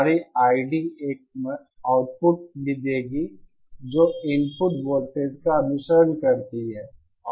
हमारी ID एक output भी देगी जो इनपुट वोल्टेज का अनुसरण करती है